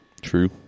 True